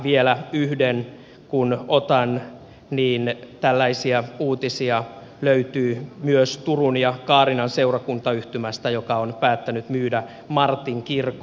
vielä yhden kun otan niin tällaisia uutisia löytyy myös turun ja kaarinan seurakuntayhtymästä joka on päättänyt myydä martinkirkon